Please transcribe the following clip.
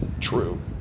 true